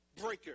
breaker